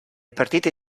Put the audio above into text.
partite